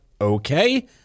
okay